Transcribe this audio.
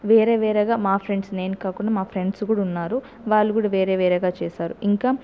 వేరే వేరేగా మా ఫ్రెండ్స్ నేను కాకుండగా మా ఫ్రెండ్స్ కూడా వున్నారు వాళ్లు కూడా వేరే వేరేగా చేసారు ఇంకా